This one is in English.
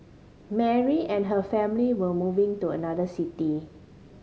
Mary and her family were moving to another city